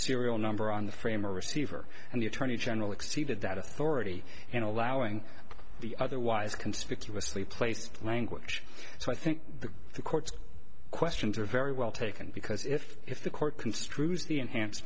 serial number on the frame or receiver and the attorney general exceeded that authority in allowing the otherwise conspicuously placed language so i think the courts questions are very well taken because if if the court construe